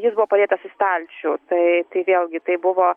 jis buvo padėtas į stalčių tai tai vėlgi tai buvo